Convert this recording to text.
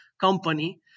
Company